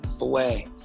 away